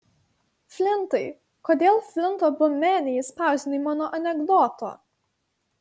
flintai kodėl flinto bume neišspausdinai mano anekdoto